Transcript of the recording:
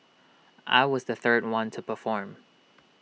I was the third one to perform